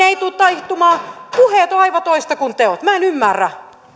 ei tule taittumaan puheet ovat aivan toista kuin teot minä en ymmärrä